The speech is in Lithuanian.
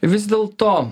vis dėlto